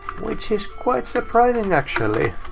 which is quite surprising, actually.